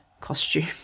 costume